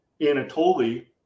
Anatoly